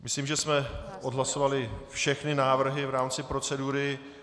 Myslím, že jsme odhlasovali všechny návrhy v rámci procedury.